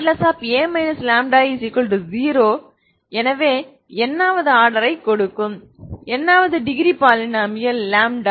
a λI0 எனக்கு n வது ஆர்டரை கொடுக்கும் n வது டிகிரி பாலினாமியல் λ